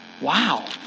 Wow